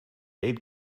aid